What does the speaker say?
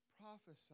prophesied